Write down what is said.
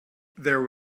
there